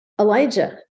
Elijah